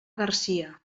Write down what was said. garcia